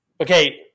Okay